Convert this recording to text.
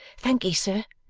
thankee, sir,